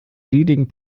leading